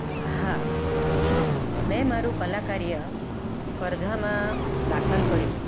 હા મેં મારું કલાકાર્ય સ્પર્ધામાં દાખલ કર્યું